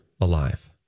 alive